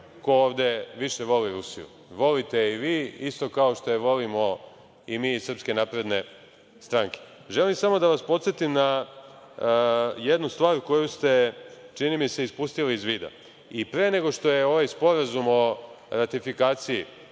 ko ovde više voli Rusiju. Volite je i vi isto kao što je volimo i mi iz SNS.Želim samo da vas podsetim na jednu stvar koju ste, čini mi se, ispustili iz vida. I pre nego što je ovaj Predlog zakona o ratifikaciji